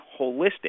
holistic